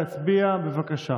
יצביע, בבקשה.